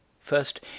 first